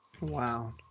Wow